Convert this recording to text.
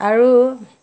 আৰু